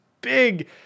big